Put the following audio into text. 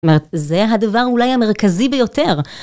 אומרת, זה הדבר אולי המרכזי ביותר.